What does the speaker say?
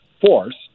force